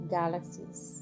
galaxies